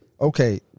okay